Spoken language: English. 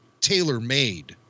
tailor-made